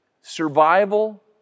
survival